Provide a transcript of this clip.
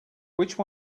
which